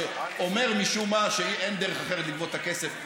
שאומר משום מה שאין דרך אחרת לגבות את הכסף.